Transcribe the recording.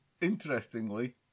Interestingly